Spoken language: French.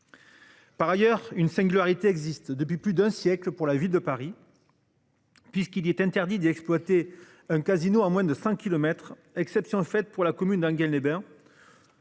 Par ailleurs, une singularité existe depuis plus d'un siècle pour la ville de Paris. Puisqu'il est interdit d'exploiter un casino à moins de 5 kilomètres. Exception faite pour la commune d'Enghien-les-Bains.